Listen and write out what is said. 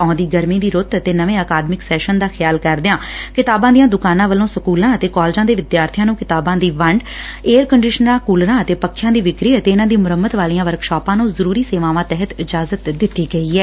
ਆਉਂਦੀ ਗਰਮੀ ਦੀ ਰੁੱਤ ਅਤੇ ਨਵੇਂ ਅਕਾਦਮਿਕ ਸੈਸ਼ਨ ਦਾ ਖਿਆਲ ਕਰਦਿਆਂ ਕਿਤਾਬਾਂ ਦੀਆਂ ਦੁਕਾਨਾਂ ਵੱਲੋਂ ਸਕੁਲਾਂ ਅਤੇ ਕਾਲਜਾਂ ਦੇ ਵਿਦਿਆਰਥੀਆਂ ਨੂੰ ਕਿਤਾਬਾਂ ਦੀ ਵੰਡ ਅਤੇ ਏਅਰ ਕੰਡੀਸਨਰਾਂ ਕੁਲਰਾਂ ਅਤੇ ਪੱਖਿਆਂ ਦੀ ਵਿਕਰੀ ਅਤੇ ਇਨਾਂ ਦੀ ਮੁਰਮੰਤ ਵਾਲੀਆਂ ਵਰਕਸਾਪਾਂ ਨੂੰ ਜ਼ਰੁਰੀ ਸੇਵਾਵਾਂ ਤਹਿਤ ਇਜਾਜ਼ਤ ਦਿੱਤੀ ਗਈ ਐ